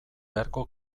beharko